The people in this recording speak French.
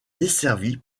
desservie